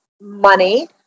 money